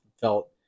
felt